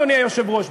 אדוני היושב-ראש,